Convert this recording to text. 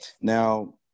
Now